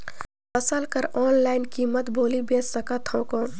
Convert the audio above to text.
फसल कर ऑनलाइन कीमत बोली बेच सकथव कौन?